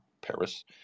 paris